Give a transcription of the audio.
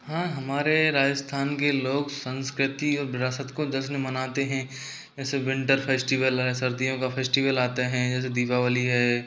हाँ हमारे राजस्थान के लोग संस्कृति और विरासत को जश्न मानते हैं जैसे विंटर फेस्टिवल है सर्दियों का फेस्टिवल आते हैं जैसे दीपावली है